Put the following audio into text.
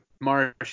Marsh